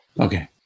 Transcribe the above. Okay